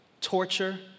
torture